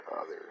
others